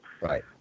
Right